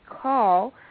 call